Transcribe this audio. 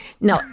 No